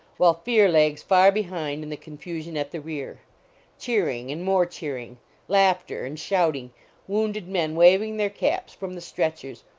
while fear lags far behind in the confusion at the rear cheering and more cheering laughter and shouting wounded men waving their caps from the stretchers,